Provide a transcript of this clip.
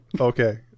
Okay